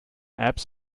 apps